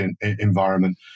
environment